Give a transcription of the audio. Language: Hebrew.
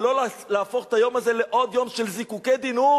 ולא להפוך את היום הזה לעוד יום של זיקוקין די-נור